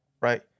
right